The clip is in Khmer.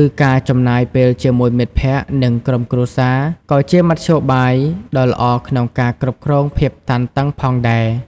ឬការចំណាយពេលជាមួយមិត្តភ័ក្តិ និងក្រុមគ្រួសារ ក៏ជាមធ្យោបាយដ៏ល្អក្នុងការគ្រប់គ្រងភាពតានតឹងផងដែរ។